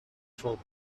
troll